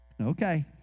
Okay